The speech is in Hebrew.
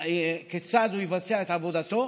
כיצד הוא יבצע את עבודתו,